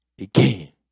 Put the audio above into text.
again